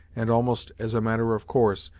and, almost as a matter of course,